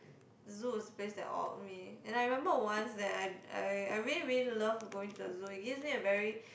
the zoo was the place that awed me and I remember once that I I I really really love going to the zoo it gives me a very